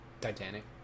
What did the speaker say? titanic